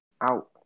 out